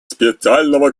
специального